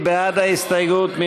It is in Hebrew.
נגד ההסתייגות?